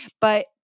But-